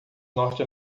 norte